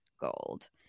gold